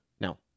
Now